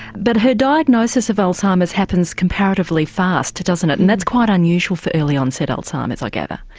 but her diagnosis of alzheimer's happens comparatively fast, doesn't it, and that's quite unusual for early onset alzheimer's i gather.